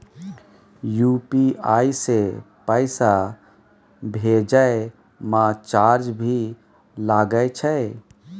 UPI से पैसा भेजै म चार्ज भी लागे छै?